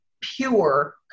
pure